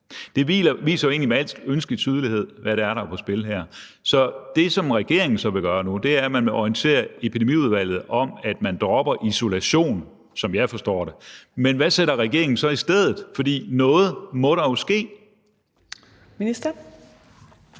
Det viser jo egentlig med al ønskelig tydelighed, hvad det er, der er på spil her. Så det, som regeringen så vil gøre nu, er, at man vil orientere Epidemiudvalget om, at man dropper isolation, som jeg forstår det. Men hvad sætter regeringen så i stedet? For noget må der jo ske. Kl.